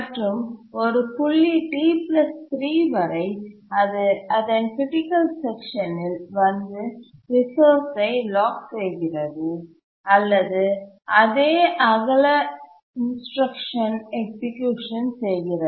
மற்றும் ஒரு புள்ளி T3 வரை அது அதன் க்ரிட்டிக்கல் செக்ஷன் ல் வந்து ரிசோர்ஸ் லாக் செய்கிறது அல்லது அதே அகல இன்ஸ்ரக்சன் எக்சிக்யூஷன் செய்கிறது